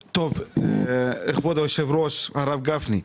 כבוד היושב-ראש הרב גפני,